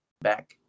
back